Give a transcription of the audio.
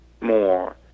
More